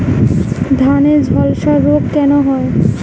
ধানে ঝলসা রোগ কেন হয়?